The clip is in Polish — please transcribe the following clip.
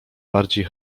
bardziej